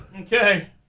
Okay